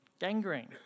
Gangrene